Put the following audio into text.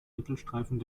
mittelstreifen